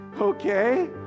okay